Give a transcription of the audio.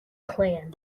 clan